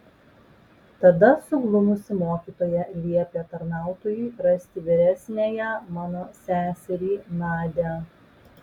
tada suglumusi mokytoja liepė tarnautojui rasti vyresniąją mano seserį nadią